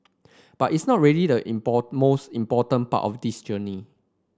but it's not really the most important part of this journey